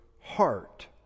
heart